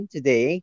Today